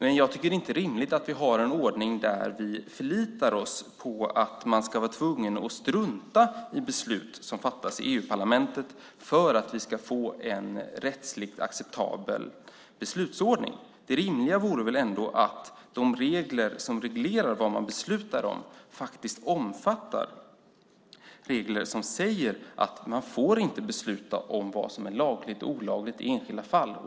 Men jag tycker inte att det är rimligt att vi har en ordning där vi förlitar oss på att man ska vara tvungen att strunta i beslut som fattas i EU-parlamentet för att vi ska få en rättsligt acceptabel beslutsordning. Det rimliga vore väl ändå att de regler som reglerar vad man beslutar om faktiskt omfattar regler som säger att man inte får besluta om vad som är lagligt eller olagligt i enskilda fall.